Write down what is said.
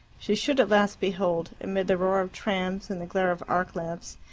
she should at last behold, amid the roar of trams and the glare of arc lamps,